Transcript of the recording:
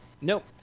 Nope